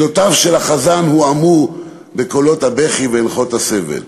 מילותיו של החזן הועמו בקולות הבכי ואנחות הסבל".